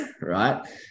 right